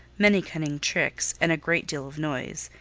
many cunning tricks, and a great deal of noise,